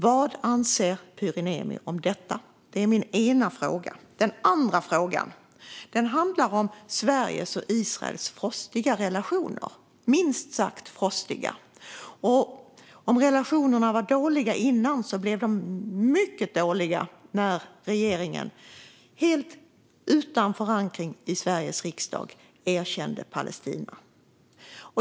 Vad anser Pyry Niemi om detta? Det är min ena fråga. Den andra frågan handlar om Sveriges och Israels minst sagt frostiga relationer. Om relationerna var dåliga tidigare blev de mycket dåliga när regeringen, helt utan förankring i Sveriges riksdag, erkände Palestina.